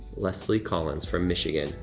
leslie collins from michigan,